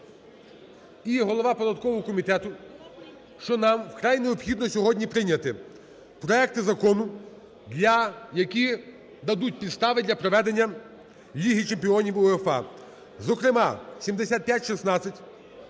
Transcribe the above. І голова податкового комітету. Що нам вкрай необхідно сьогодні прийняти проекти закону, які дадуть підстави для проведення Ліги чемпіонів УЄФА, зокрема: 7516,